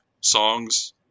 songs